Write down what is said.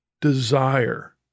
desire